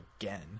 again